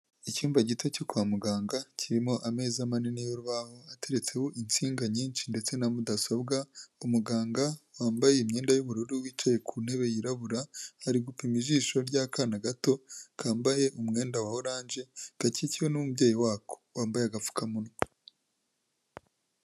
Icyumba gito cyo kwa muganga kirimo ameza manini y'urubaho ateretseho insinga nyinshi ndetse na mudasobwa, umuganga wambaye imyenda y'ubururu wicaye ku ntebe yirabura ari gupima ijisho ry'akana gato kambaye umwenda wa oranje gakikiwe n'umubyeyi wako wambaye agapfukamunwa.